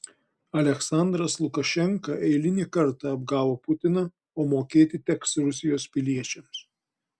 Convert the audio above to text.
aliaksandras lukašenka eilinį kartą apgavo putiną o mokėti teks rusijos piliečiams